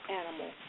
animal